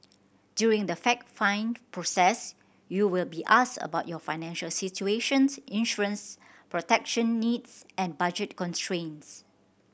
during the fact find process you will be asked about your financial situations insurances protection needs and budget constraints